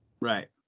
Right